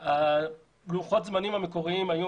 לוחות הזמנים המקוריים היו